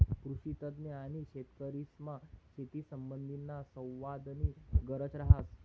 कृषीतज्ञ आणि शेतकरीसमा शेतीसंबंधीना संवादनी गरज रहास